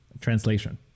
translation